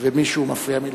ומישהו מפריע מלמטה.